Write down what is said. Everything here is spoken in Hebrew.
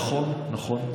נכון, נכון, נכון.